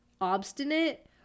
obstinate